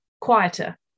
quieter